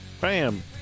Bam